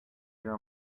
your